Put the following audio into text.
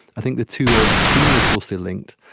i think the two are extremely closely linked.